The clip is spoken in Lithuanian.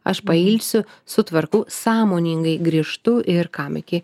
aš pailsiu sutvarkau sąmoningai grįžtu ir kam iki